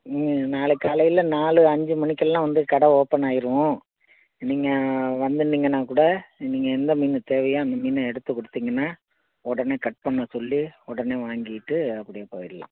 இல்லைங்க நாளைக்கு காலையில் நாலு அஞ்சு மணிக்கெல்லாம் வந்து கடை ஓப்பன் ஆயிரும் நீங்கள் வந்துனீங்கன்னா கூட நீங்கள் எந்த மீன் தேவையோ அந்த மீனை எடுத்து கொடுத்தீங்கன்னா உடனே கட் பண்ண சொல்லி உடனே வாங்கிகிட்டு அப்படியே போயிடலாம்